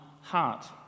heart